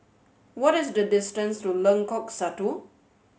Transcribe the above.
what is the distance to Lengkok Satu